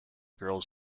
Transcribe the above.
girls